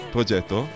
Progetto